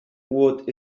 would